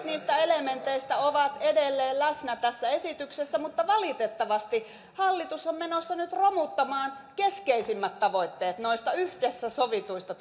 niistä elementeistä ovat edelleen läsnä tässä esityksessä mutta valitettavasti hallitus on menossa nyt romuttamaan keskeisimmät tavoitteet noista yhdessä sovituista